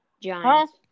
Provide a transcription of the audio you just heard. Giants